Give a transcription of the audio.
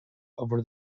over